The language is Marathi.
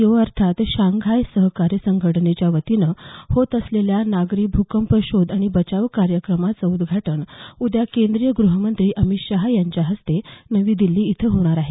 ओ अर्थात शांघाय सहकार्य संघटनेच्या वतीनं होत असलेल्या नागरी भूकंप शोध आणि बचाव कार्यक्रमाचं उद्घाटन उद्घा केंद्रीय गृहमंत्री अमित शहा यांच्या हस्ते नवी दिल्लीत होणार आहे